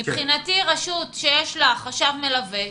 מבחינתי רשות שיש לה חשב מלווה,